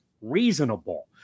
reasonable